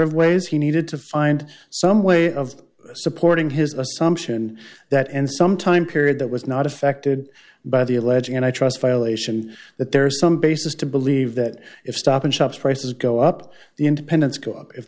of ways he needed to find some way of supporting his assumption that end some time period that was not affected by the alleging and i trust violation that there are some basis to believe that if stop and shop prices go up the independents go up if